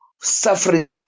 suffering